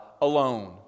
alone